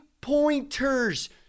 pointers